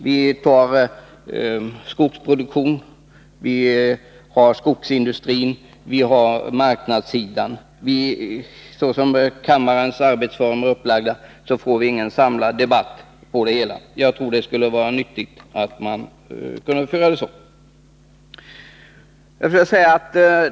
Vi har skogsproduktionen, vi har skogsindustrin, och vi har marknadssidan. Såsom kammarens arbete är upplagt får vi ingen samlad debatt om skogspolitiken, men jag tror att det skulle vara nyttigt att föra en sådan.